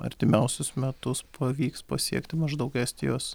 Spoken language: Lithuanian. artimiausius metus pavyks pasiekti maždaug estijos